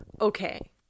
Okay